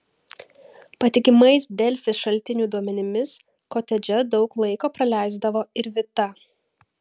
patikimais delfi šaltinių duomenimis kotedže daug laiko praleisdavo ir vita